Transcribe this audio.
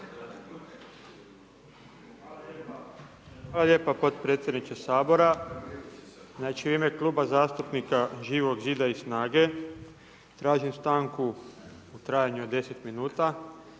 Hvala lijepo potpredsjedniče Sabora. Znači, u ime kluba zastupnika Živog Zida i Snage tražim stanku u trajanju od 10 minuta